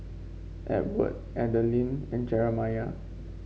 Edward Adalyn and Jeramiah